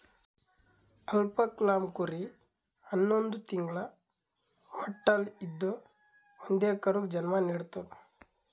alpaca llama ಕುರಿ ಹನ್ನೊಂದ್ ತಿಂಗ್ಳ ಹೊಟ್ಟಲ್ ಇದ್ದೂ ಒಂದೇ ಕರುಗ್ ಜನ್ಮಾ ನಿಡ್ತದ್